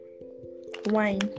Wine